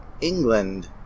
England